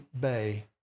Bay